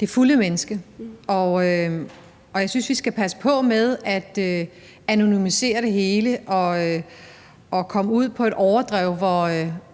det hele menneske. Jeg synes, vi skal passe på med at anonymisere det hele og komme ud på et overdrev,